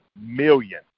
million